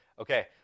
Okay